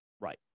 Right